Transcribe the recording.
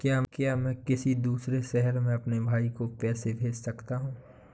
क्या मैं किसी दूसरे शहर में अपने भाई को पैसे भेज सकता हूँ?